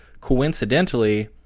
Coincidentally